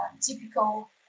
typical